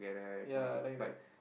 ya like like